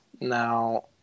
Now